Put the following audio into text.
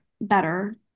better